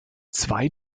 zwei